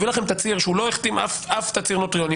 יביא לכם תצהיר שהוא לא החתים שום תצהיר נוטריוני,